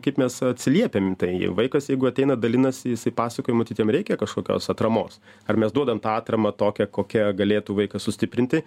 kaip mes atsiliepiam į tai vaikas jeigu ateina dalinasi jisai pasakoja matyt jam reikia kažkokios atramos ar mes duodam tą atramą tokią kokia galėtų vaiką sustiprinti